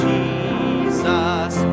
Jesus